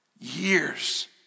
years